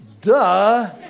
Duh